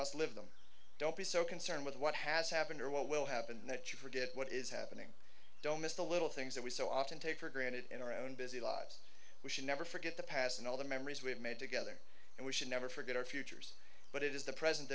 must live them don't be so concerned with what has happened or what will happen that you forget what is happening don't miss the little things that we so often take for granted in our own busy lives we should never forget the past and all the memories we have made together and we should never forget our futures but it is the present